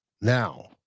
Now